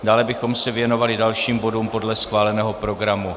Dále bychom se věnovali dalším bodům podle schváleného programu.